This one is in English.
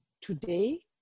Today